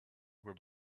where